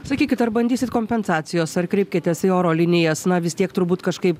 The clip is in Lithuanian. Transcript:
sakykit ar bandysit kompensacijos ar kreipkitės į oro linijas na vis tiek turbūt kažkaip